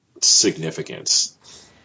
significance